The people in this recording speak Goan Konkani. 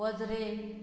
वजरें